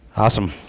Awesome